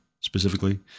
specifically